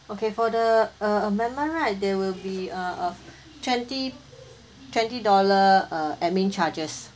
okay for the uh amendment right there will be uh uh twenty twenty dollar uh admin charges